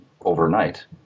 overnight